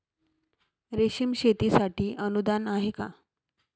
रेशीम शेतीसाठी अनुदान आहे का?